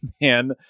man